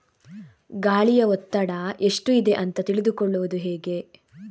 ಗಾಳಿಯ ಒತ್ತಡ ಎಷ್ಟು ಇದೆ ಅಂತ ತಿಳಿದುಕೊಳ್ಳುವುದು ಹೇಗೆ?